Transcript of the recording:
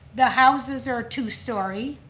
the houses are two story.